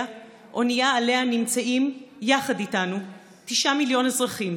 אונייה שעליה נמצאים יחד איתנו תשעה מיליון אזרחים.